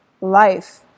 life